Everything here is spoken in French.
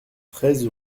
treize